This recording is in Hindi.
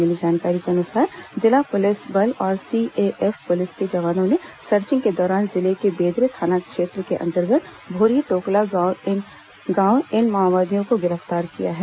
मिली जानकारी के अनुसार जिला पुलिस बल और सीएएफ पुलिस के जवानों ने सर्चिंग के दौरान जिले के बेदरे थाना क्षेत्र के अंतर्गत भूरी टोकला गांव इन माओवादियों को गिरफ्तार किया है